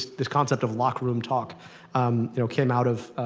this concept of locker room talk um you know came out of